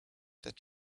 that